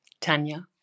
Tanya